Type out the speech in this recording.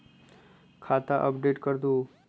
खाता अपडेट करदहु?